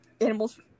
animals